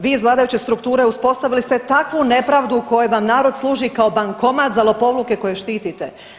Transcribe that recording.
Vi iz vladajuće strukture uspostavili ste takvu nepravdu u kojoj vam narod služi kao bankomat za lopovluke koje štitite.